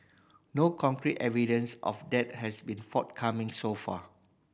no concrete evidence of that has been forthcoming so far